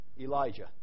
Elijah